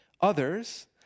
Others